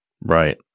right